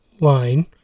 line